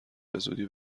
بزودی